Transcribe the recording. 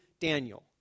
Daniel